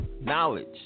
Knowledge